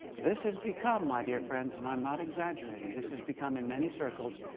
this has become my dear friends, and i'm not exaggerating. this has become in many circles,